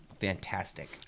fantastic